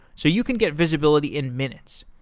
so you can get visibility in minutes.